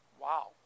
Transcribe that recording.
Wow